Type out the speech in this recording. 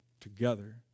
together